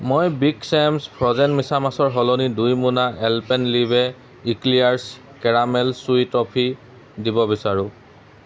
মই বিগ চেম্ছ ফ্ৰ'জেন মিছামাছৰ সলনি দুই মোনা এলপেনলিবে ইক্লেয়াৰ্ছ কেৰামেল চুই টফি দিব বিচাৰোঁ